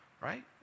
right